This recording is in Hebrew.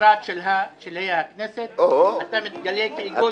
לקראת שלהי הכנסת אתה מתגלה כאגוז לא קל.